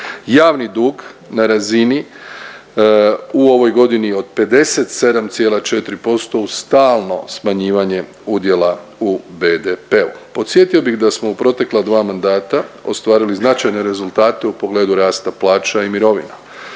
javni dug na razini u ovoj godini od 57,4% uz stalno smanjivanje udjela u BDP-u. Podsjetio bih da smo u protekla dva mandata ostvarili značajne rezultate u pogledu rasta plaća i mirovina.